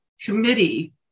committee